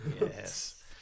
yes